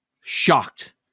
shocked